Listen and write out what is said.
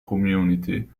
community